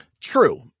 True